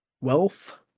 Wealth